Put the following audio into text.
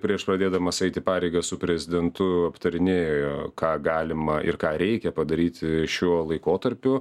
prieš pradėdamas eiti pareigas su prezidentu aptarinėjo ką galima ir ką reikia padaryti šiuo laikotarpiu